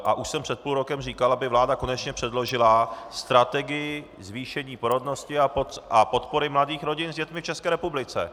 A už jsem před půl rokem říkal, aby vláda konečně předložila strategii zvýšení porodnosti a podpory mladých rodin s dětmi v České republice.